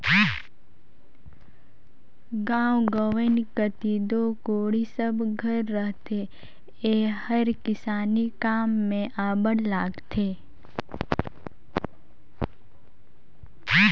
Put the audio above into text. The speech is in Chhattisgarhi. गाँव गंवई कती दो कोड़ी सब घर रहथे एहर किसानी काम मे अब्बड़ लागथे